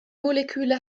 moleküle